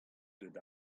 deuet